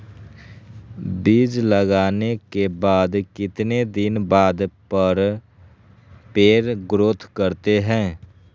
बीज लगाने के बाद कितने दिन बाद पर पेड़ ग्रोथ करते हैं?